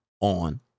on